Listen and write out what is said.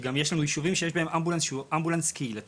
שגם יש לנו ישובים שיש בהם אמבולנס שהוא אמבולנס קהילתי,